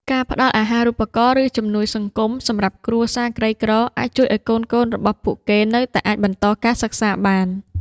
ការផ្តល់អាហារូបករណ៍ ឬជំនួយសង្គមសម្រាប់គ្រួសារក្រីក្រអាចជួយឱ្យកូនៗរបស់ពួកគេនៅតែអាចបន្តការសិក្សាបាន។